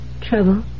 Trouble